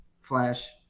Flash